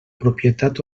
propietat